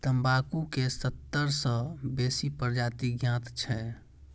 तंबाकू के सत्तर सं बेसी प्रजाति ज्ञात छै